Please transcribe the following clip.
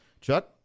Chuck